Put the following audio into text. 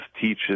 teaches